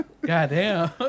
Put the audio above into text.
Goddamn